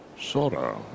Sora